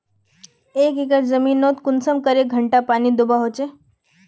एक एकर जमीन नोत कुंसम करे घंटा पानी दुबा होचए?